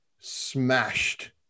smashed